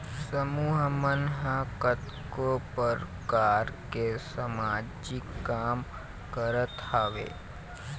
समूह मन ह कतको परकार के समाजिक काम करत हवय